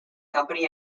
company